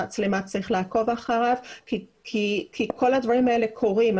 המצלמה צריכה לעקוב אחריו כי כל הדברים האלה קורים.